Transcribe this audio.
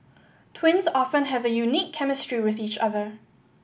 twins often have a unique chemistry with each other